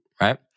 right